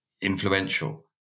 influential